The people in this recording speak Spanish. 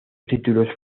títulos